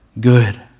good